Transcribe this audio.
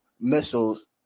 missiles